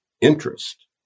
interest